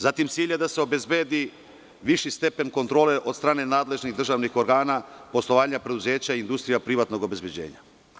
Zatim, cilj je da se obezbedi viši stepen kontrole od strane nadležnih državnih organa, poslovanja preduzeća i industrija privatnog obezbeđenja.